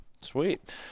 sweet